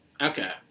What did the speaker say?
Okay